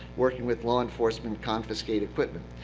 working with law enforcement, confiscate equipment.